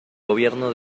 gobierno